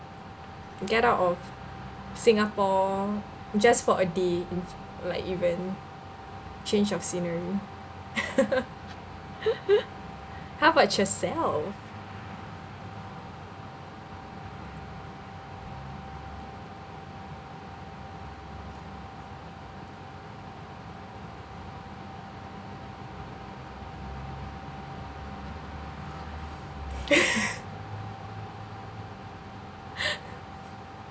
get out of singapore just for a day like even change of scenery how about yourself